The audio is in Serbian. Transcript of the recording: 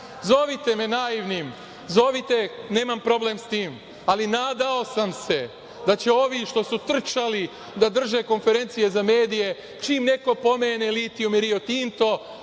Zovite me naivnim, zovite, nemam problem s tim, ali nadao sam se da će ovi što su trčali da drže konferencije za medije čim neko pomene litijum i "Rio Tinto",